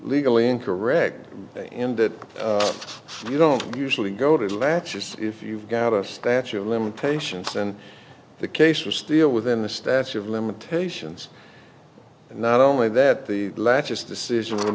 legally and correct in that you don't usually go to the latches if you've got a statute of limitations and the case was still within the statute of limitations and not only that the latches decision would